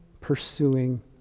pursuing